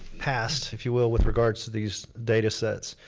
past if you will with regards to these data sets.